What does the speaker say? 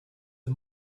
the